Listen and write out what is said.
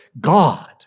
God